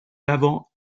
d’avant